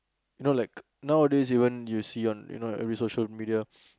you know like nowadays even you see on you know social media